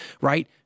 right